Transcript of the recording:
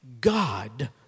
God